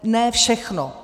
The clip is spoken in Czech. Ne všechno.